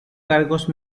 cargos